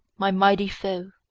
my mighty foe,